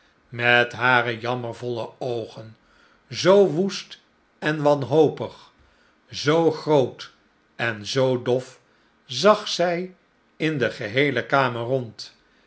met hare jammervolle oogen zoo woest en wanhopig zoo groot en zoo dof zag zij in de geheele kamer rond